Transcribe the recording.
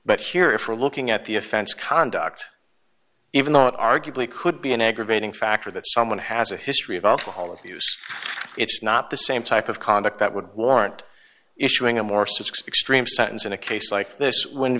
but here if we're looking at the offense conduct even though it arguably could be an aggravating factor that someone has a history of alcohol abuse it's not the same type of conduct that would warrant issuing him or th sense in a case like this when